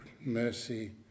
mercy